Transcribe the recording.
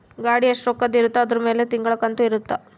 ಗಾಡಿ ಎಸ್ಟ ರೊಕ್ಕದ್ ಇರುತ್ತ ಅದುರ್ ಮೇಲೆ ತಿಂಗಳ ಕಂತು ಇರುತ್ತ